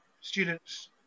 students